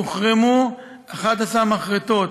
הוחרמו 11 מחרטות,